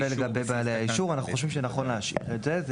ולגבי בעלי האישור אנחנו חושבים שנכון להשאיר את זה.